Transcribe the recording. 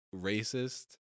racist